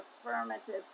affirmative